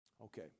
Okay